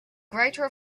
greater